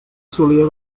solia